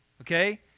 Okay